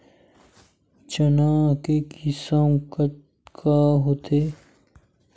चना के किसम कतका होथे?